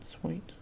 Sweet